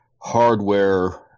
hardware